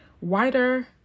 wider